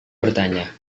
bertanya